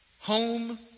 Home